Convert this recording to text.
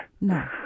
No